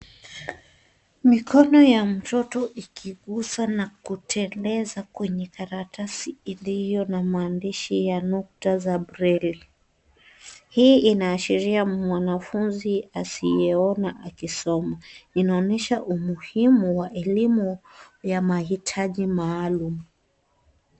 Mikono ya mtoto ikiguza na kuteleza kwenye karatasi iliyo na maandishi ya nukta za breli. Hii inaashiria mwanafunzi asiye ona akisoma. Inaonyesha umuhimu wa elimu ya mahitaji maalum.